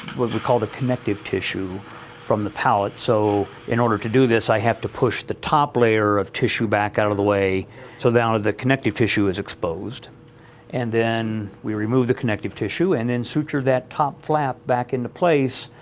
was we call the connective tissue from the palate so in order to do this, i have to push the top layer of tissue back out of the way so now the connective tissue is exposed and then we remove the connective tissue and then suture that top flap back into place,